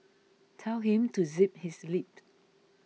tell him to zip his lip